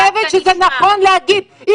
אבל אני חושבת שזה נכון להגיד את זה.